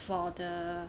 for the